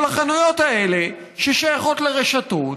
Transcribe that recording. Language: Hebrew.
אבל החנויות האלה, ששייכות לרשתות,